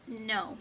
No